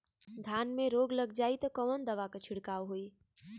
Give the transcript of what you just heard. धान में रोग लग जाईत कवन दवा क छिड़काव होई?